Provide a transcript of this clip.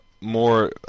more